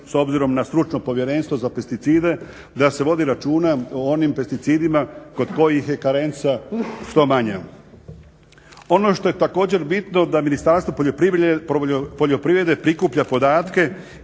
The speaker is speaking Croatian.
s obzirom na stručno povjerenstvo za pesticide, da se vodi računa o onim pesticidima kod kojih je karenca što manja. Ono što je također bitno da Ministarstvo poljoprivrede prikuplja podatke